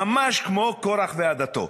ממש כמו קורח ועדתו.